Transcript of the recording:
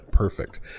Perfect